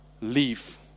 leave